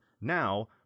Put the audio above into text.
now